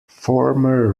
former